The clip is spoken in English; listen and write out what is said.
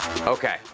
Okay